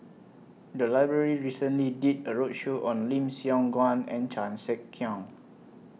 The Library recently did A roadshow on Lim Siong Guan and Chan Sek Keong